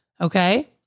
Okay